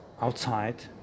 outside